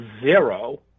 zero